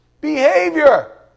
Behavior